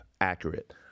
accurate